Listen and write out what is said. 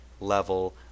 level